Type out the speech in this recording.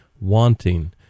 wanting